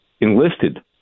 enlisted